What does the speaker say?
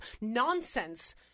nonsense